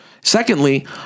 Secondly